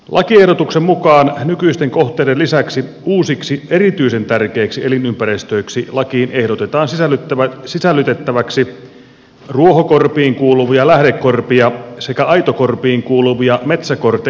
lakiehdotuksen mukaan nykyisten kohteiden lisäksi uusiksi erityisen tärkeiksi elinympäristöiksi lakiin ehdotetaan sisällytettäväksi ruohokorpiin kuuluvia lähdekorpia sekä aitokorpiin kuuluvia metsäkorte ja muurainkorpia